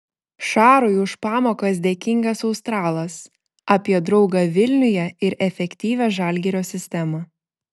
šarui už pamokas dėkingas australas apie draugą vilniuje ir efektyvią žalgirio sistemą